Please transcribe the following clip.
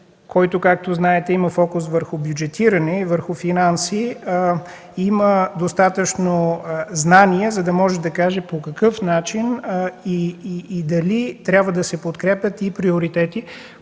който, както знаете, има фокус върху бюджетиране и върху финанси, има достатъчно знания, за да може да каже по какъв начин и дали трябва да се подкрепят приоритети,